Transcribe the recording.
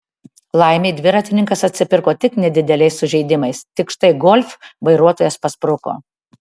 laimei dviratininkas atsipirko tik nedideliais sužeidimais tik štai golf vairuotojas paspruko